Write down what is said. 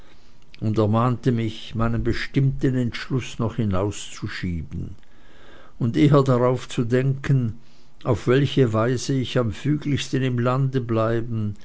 und ermahnte mich meinen bestimmten entschluß noch hinauszuschieben und eher darauf zu denken auf welche weise ich am füglichsten im lande bleiben